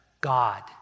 God